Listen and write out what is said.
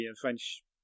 French